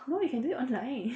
no you can do it online